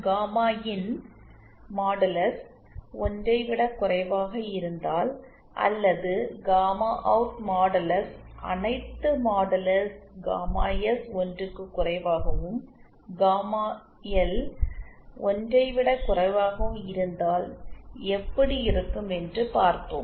gamma இன் modulus 1 ஐ விடக் குறைவாக இருந்தால் அல்லது காமா அவுட் மாடுலஸ் அனைத்து மாடுலஸ் காமா எஸ் 1 க்கு குறைவாகவும் காமா எல் 1 ஐ விடக் குறைவாகவும் இருந்தால் எப்படி இருக்கும் என்று பார்த்தோம்